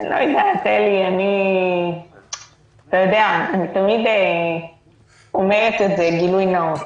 לא יודעת, אלי, אני תמיד אומרת את זה בגילוי נאות.